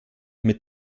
mit